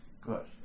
good